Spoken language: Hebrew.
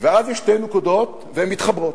ואז יש שתי נקודות, והן מתחברות,